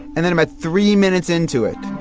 and then about three minutes into it